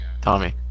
Tommy